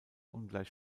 ungleich